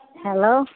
hello